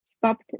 Stopped